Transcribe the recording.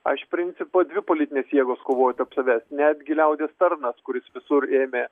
a iš principo dvi politinės jėgos kovoja tarp savęs netgi liaudies tarnas kuris visur ėmė